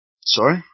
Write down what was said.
sorry